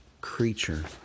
creature